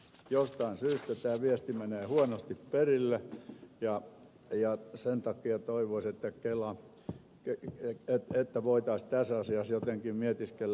jostain syystä tämä viesti menee huonosti perille ja sen takia toivoisi että voitaisiin tässä asiassa jotenkin mietiskellä